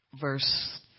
Verse